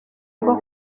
rwo